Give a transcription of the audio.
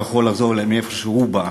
הוא יכול לחזור אולי למקום שממנו הוא בא,